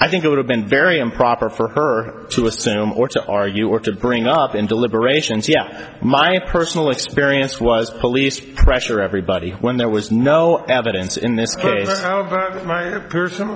i think it would have been very improper for her to assume or to argue or to bring up in deliberations yeah my own personal experience was police pressure everybody when there was no evidence in this case however my personal